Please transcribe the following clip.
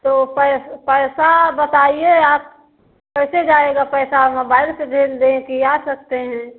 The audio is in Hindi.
तो पै पैसा बताइए आप कैसे जाएगा पैसा मोबाइल से भेज दें कि आ सकते हैं